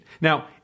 now